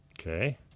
Okay